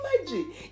imagine